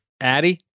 Addy